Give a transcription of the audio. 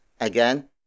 Again